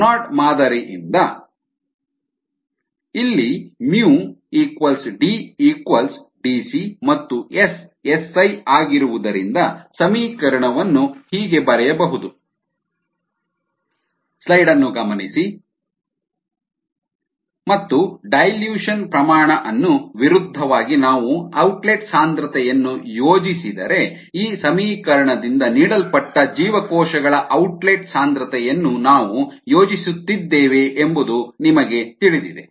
Monod ಮಾದರಿಯಿಂದ mSKSSµ ಇಲ್ಲಿ µ D Dc ಮತ್ತು S → Si ಆಗಿರುವುದರಿಂದ ಸಮೀಕರಣವನ್ನು ಹೀಗೆ ಬರೆಯಬಹುದು mSiKSSiDc ಮತ್ತು ಡೈಲ್ಯೂಷನ್ ಸಾರಗುಂದಿಸುವಿಕೆ ಪ್ರಮಾಣ ಅನ್ನು ವಿರುದ್ಧವಾಗಿ ನಾವು ಔಟ್ಲೆಟ್ ಸಾಂದ್ರತೆಯನ್ನು ಯೋಜಿಸಿದರೆ ಈ ಸಮೀಕರಣದಿಂದ ನೀಡಲ್ಪಟ್ಟ ಜೀವಕೋಶಗಳ ಔಟ್ಲೆಟ್ ಸಾಂದ್ರತೆಯನ್ನು ನಾವು ಯೋಜಿಸುತ್ತಿದ್ದೇವೆ ಎಂಬುದು ನಿಮಗೆ ತಿಳಿದಿದೆ